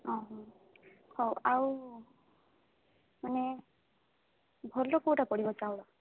ହଁ ହଁ ହଉ ଆଉ ମାନେ ଭଲ କେଉଁଟା ପଡ଼ିବ ଚାଉଳ